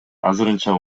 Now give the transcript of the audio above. азырынча